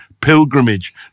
pilgrimage